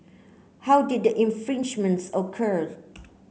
how did the infringements occur